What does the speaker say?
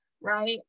right